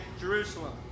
jerusalem